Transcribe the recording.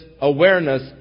awareness